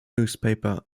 newspaper